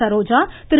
Saroja Thiru